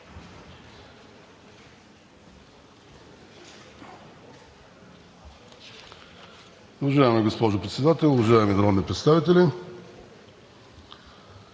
Уважаема госпожо Председател, уважаеми народни представители!